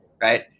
right